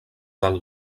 del